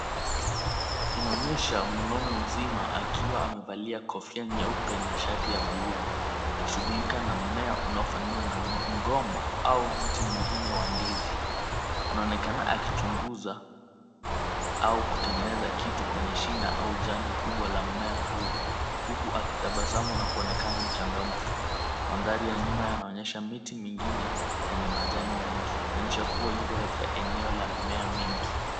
Inaonyesha mwaume mzima akiwa amevalia kofia nyeupe na shati ya buluu, akishughulika na mmea unaofanana na mgomba au mti mwingine wa ndizi. Anaonekana akichunguza, au kutengeneza kitu kwenye shina au jani kubwa la mmea huo, huku akitabasamu na kuonekana mchangamfu. Mandhari ya nyuma yanaonyesha miti mingine yenye majani mengi, ikionyesha kuwa yuko katika eneo la mmea mingi.